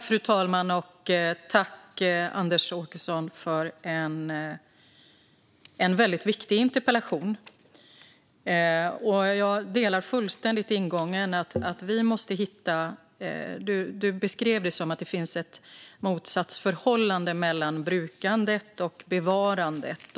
Fru talman! Tack, Anders Åkesson, för en väldigt viktig interpellation! Jag delar fullständigt ingången. Du beskrev det som att det finns ett motsatsförhållande mellan brukandet och bevarandet.